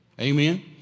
Amen